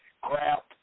crap